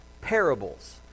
parables